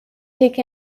take